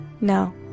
No